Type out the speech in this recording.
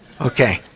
Okay